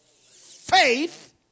faith